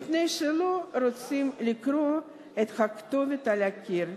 מפני שלא רוצים לקרוא את הכתובת על הקיר,